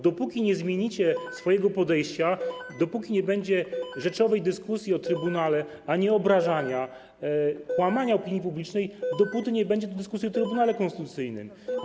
Dopóki nie zmienicie swojego podejścia, dopóki nie będzie rzeczowej dyskusji o trybunale, a nie obrażania, kłamania opinii publicznej, dopóty nie będzie tu dyskusji o Trybunale Konstytucyjnym.